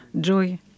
joy